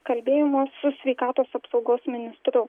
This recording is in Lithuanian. kalbėjimo su sveikatos apsaugos ministru